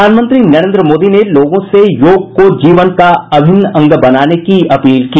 प्रधानमंत्री नरेन्द्र मोदी ने लोगों से योग को जीवन का अभिन्न अंग बनाने की अपील की